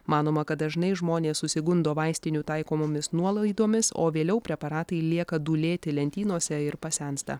manoma kad dažnai žmonės susigundo vaistinių taikomomis nuolaidomis o vėliau preparatai lieka dūlėti lentynose ir pasensta